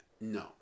No